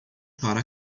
para